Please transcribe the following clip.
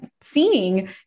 seeing